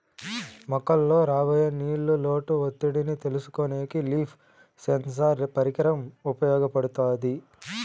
మొక్కలలో రాబోయే నీళ్ళ లోటు ఒత్తిడిని తెలుసుకొనేకి లీఫ్ సెన్సార్ పరికరం ఉపయోగపడుతాది